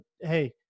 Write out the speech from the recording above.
hey